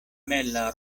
mela